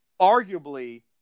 arguably